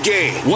Game